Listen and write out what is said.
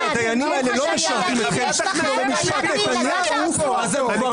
כשהדיינים האלה לא משרתים אתכם אז הם כבר